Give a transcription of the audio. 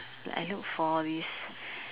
like I look for all these